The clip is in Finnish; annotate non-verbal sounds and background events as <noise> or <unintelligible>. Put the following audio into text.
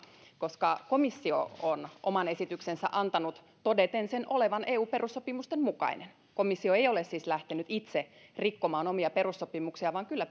koska komissio on oman esityksensä antanut todeten sen olevan eun perussopimusten mukainen komissio ei ole siis lähtenyt itse rikkomaan omia perussopimuksiaan vaan kyllä <unintelligible>